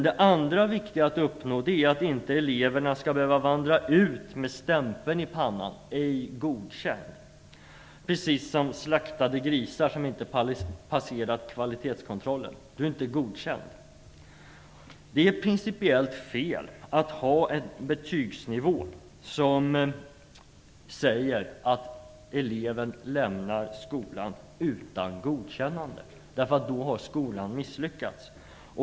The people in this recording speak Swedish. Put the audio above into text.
Det andra viktiga är att eleven inte skall behöva vandra ut med stämpeln "ej godkänd" i pannan, precis som slaktade grisar som inte har passerat kvalitetskontrollen - "du är inte godkänd". Det är principiellt fel att ha en betygsnivå som säger att eleven lämnar skolan utan godkännande. Då har skolan misslyckats.